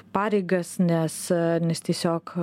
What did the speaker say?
pareigas nes nes tiesiog